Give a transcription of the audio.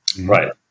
Right